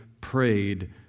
prayed